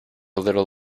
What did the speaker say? little